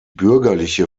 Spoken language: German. bürgerliche